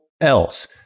else